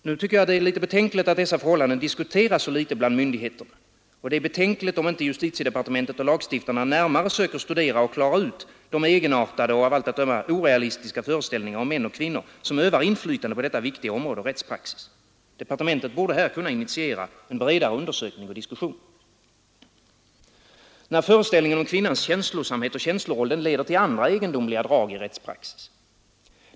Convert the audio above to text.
Det är betänkligt att dessa förhållanden diskuteras så litet bland myndigheterna, och det är betänkligt om inte justitiedepartementet och lagstiftarna närmare söker studera och klara ut de egenartade och av allt att döma orealistiska föreställningar om män och kvinnor som övar inflytande på detta viktiga område av rättspraxis. Departementet borde här kunna initiera en bredare undersökning och diskussion. Föreställningen om kvinnans känslosamhet och känsloroll leder till andra egendomliga drag i rättspraxis.